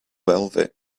velvet